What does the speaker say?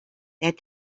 that